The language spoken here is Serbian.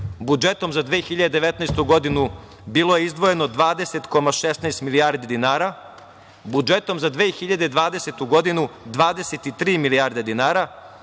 budžetom za 2019. godinu bilo je izdvojeno 20,16 milijardi dinara, budžetom za 2020. godinu 23 milijarde dinara,